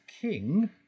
king